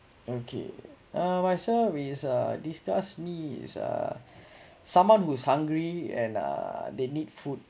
okay uh myself is uh discuss me is a someone who's hungry and uh they need food